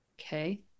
Okay